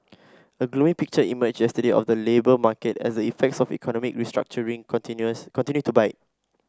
a gloomy picture emerged yesterday of the labour market as the effects of economic restructuring continues continue to bite